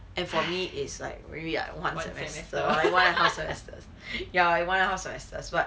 and for me is like really like one semester or one and a half semester ya like one and a half semester but